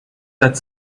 that